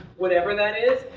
whatever that is,